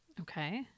Okay